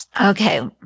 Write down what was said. Okay